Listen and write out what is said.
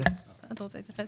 אתה רוצה להתייחס?